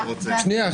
שנייה.